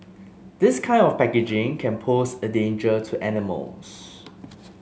this kind of packaging can pose a danger to animals